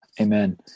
Amen